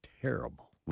terrible